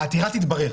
העתירה תתברר.